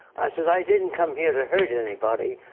i said i didn't come here to hurt anybody.